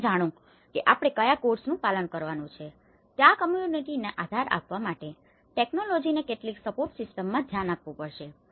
તમે જાણો છો કે આપણે કયા કોડ્સનું પાલન કરવાનુ છે ત્યાં કમ્યુનીટીને આધાર આપવા માટે ટેકનોલોજીને કેટલીક સપોર્ટ સિસ્ટમમાં ધ્યાન આપવું પડશે